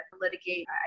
litigate